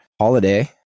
holiday